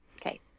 Okay